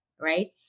Right